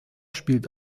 spielt